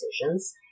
decisions